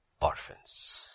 orphans